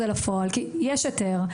זה היה עוד לפני החתימה על ההיתר.